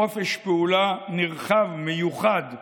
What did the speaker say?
חופש פעולה נרחב, מיוחד,